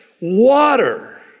water